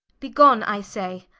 be gone i say,